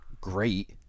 great